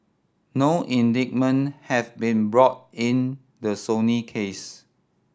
no indictment have been brought in the Sony case